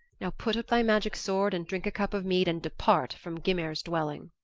now put up thy magic sword and drink a cup of mead and depart from gymer's dwelling.